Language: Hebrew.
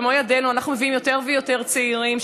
במו ידינו אנחנו מביאים יותר ויותר צעירים,